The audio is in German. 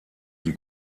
die